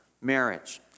marriage